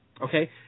Okay